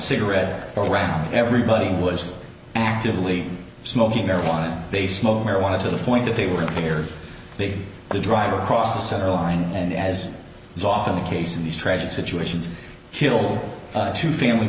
cigarette around everybody was actively smoking marijuana they smoked marijuana to the point that they were cleared big to drive across the center line and as is often the case in these tragic situations kill two family